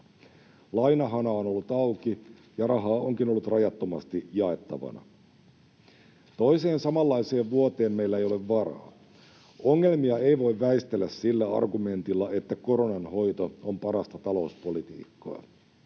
Lainahana on ollut auki, ja rahaa onkin ollut rajattomasti jaettavana. Toiseen samanlaiseen vuoteen meillä ei ole varaa. Ongelmia ei voi väistellä sillä argumentilla, että koronan hoito on parasta talouspolitiikkaa.